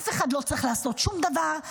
אף אחד לא צריך לעשות שום דבר,